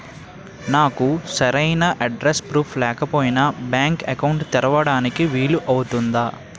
నాకు సరైన address proof లేకపోయినా బ్యాంక్ అకౌంట్ తెరవడానికి వీలవుతుందా?